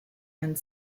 and